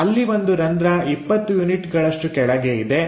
ಅಲ್ಲಿ ಒಂದು ರಂಧ್ರ 20 ಯೂನಿಟ್ಗಳಷ್ಟು ಕೆಳಗೆ ಇದೆ